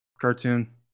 cartoon